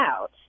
out